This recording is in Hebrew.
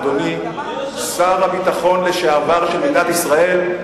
אדוני שר הביטחון לשעבר של מדינת ישראל,